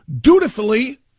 dutifully